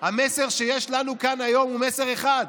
המסר שיש לנו כאן היום הוא מסר אחד,